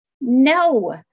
No